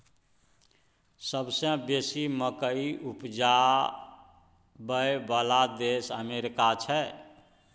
सबसे बेसी मकइ उपजाबइ बला देश अमेरिका छै